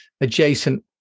adjacent